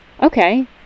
okay